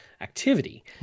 activity